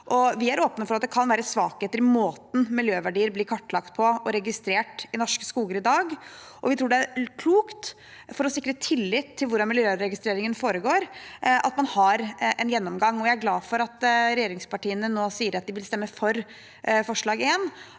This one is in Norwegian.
Vi er åpne for at det kan være svakheter i måten miljøverdier blir kartlagt og registrert på i norske skoger i dag. Vi tror det er klokt, for å sikre tillit til hvordan miljøregistreringen foregår, at man har en gjennomgang, og jeg er glad for at regjeringspartiene nå sier at de vil stemme for forslag nr.